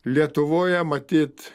lietuvoje matyt